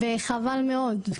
וחבל מאוד,